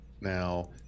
now